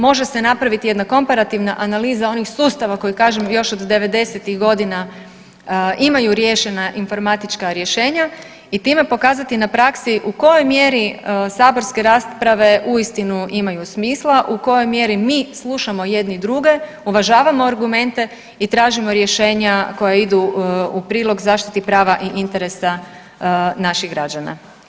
Može se napraviti jedna komparativna analiza onih sustava kojih kažem još od devedesetih godina imaju riješena informatička rješenja i time pokazati na praksi u kojoj mjeri saborske rasprave uistinu imaju smisla, u kojoj mjeri mi slušamo jedni druge, uvažavamo argumente i tražimo rješenja koja idu u prilog zaštiti prava i interesa naših građana.